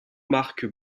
marc